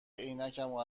عینکمو